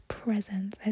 presence